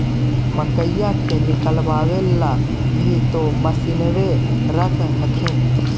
मकईया के निकलबे ला भी तो मसिनबे रख हखिन?